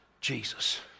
Jesus